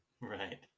Right